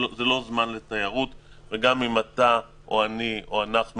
זה לא זמן לתיירות וגם אם אתה או אני מחוסנים,